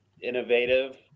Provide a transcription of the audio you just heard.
innovative